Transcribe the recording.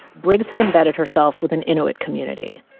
briggs had embedded herself with an inuit community.